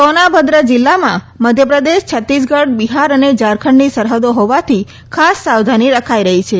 સોનાભદ્ર જિલ્લામાં મધ્યપ્રદેશ છત્તીસગઢ બિહાર અને ઝારખંડની સરહદો હોવાથી ખાસ સાવધાની રખાય છે